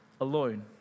alone